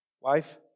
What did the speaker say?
Wife